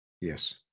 yes